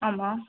ஆமாம்